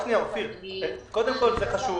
זה חשוב